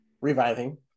reviving